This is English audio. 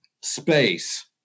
space